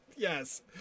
Yes